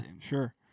sure